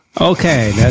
Okay